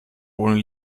ohne